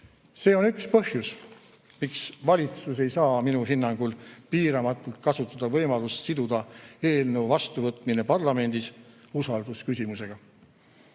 See on üks põhjus, miks valitsus ei saa minu hinnangul piiramatult kasutada võimalust siduda eelnõu vastuvõtmine parlamendis usaldusküsimusega.